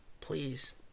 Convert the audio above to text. please